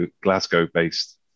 Glasgow-based